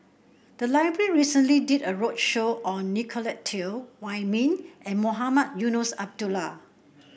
the library recently did a roadshow on Nicolette Teo Wei Min and Mohamed Eunos Abdullah